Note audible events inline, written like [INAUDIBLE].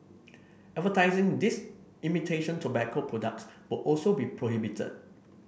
advertising these imitation tobacco products [UNINTELLIGIBLE] will also be prohibited